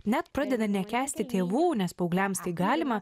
net pradeda nekęsti tėvų nes paaugliams tai galima